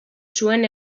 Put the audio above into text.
zuen